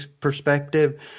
perspective